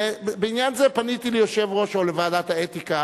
בעניין זה פניתי ליושב-ראש או לוועדת האתיקה,